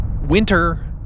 winter